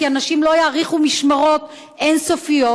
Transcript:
כי אנשים לא יאריכו במשמרות אין-סופיות